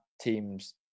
teams